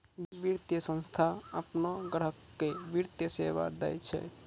वित्तीय संस्थान आपनो ग्राहक के वित्तीय सेवा दैय छै